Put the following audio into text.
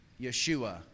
Yeshua